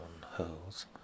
holes